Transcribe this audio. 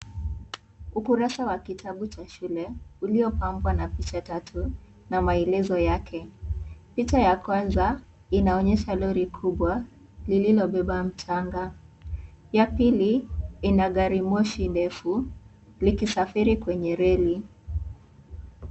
Ukurasa wa kitabu cha shule uliopambwa na picha tatu na melezo yake, picha ya kwanza inaonyesha lori kubwa lililobeba mchanga, ya pili ina gari moshi ndefu likisafiri kwenye reli.